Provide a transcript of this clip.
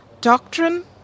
doctrine